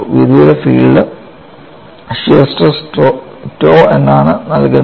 വിദൂര field shear stress tau എന്നാണ് നൽകുന്നത്